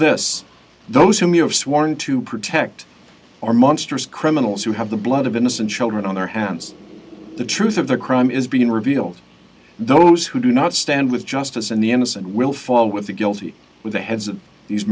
this those whom you have sworn to protect are monsters criminals who have the blood of innocent children on their hands the truth of their crime is being revealed those who do not stand with justice and the innocent will fall with the guilty with the heads of these